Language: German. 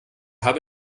habe